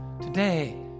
Today